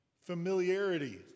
familiarity